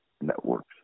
networks